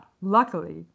luckily